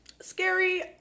Scary